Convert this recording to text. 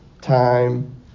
time